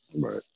right